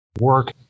work